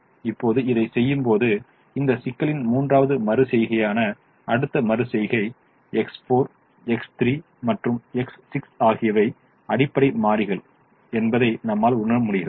இப்போது இதைச் செய்யும்போது இந்த சிக்கலின் மூன்றாவது மறு செய்கையான அடுத்த மறு செய்கை X4 X3 மற்றும் X6 ஆகியவை அடிப்படை மாறிகள் என்பதை நம்மால் உணர முடிகிறது